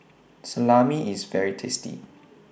Salami IS very tasty